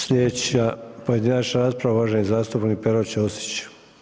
Sljedeća pojedinačna rasprava uvaženi zastupnik Pero Ćosić.